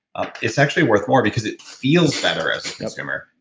ah it's actually worth more. because it feels better as a consumer,